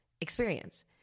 experience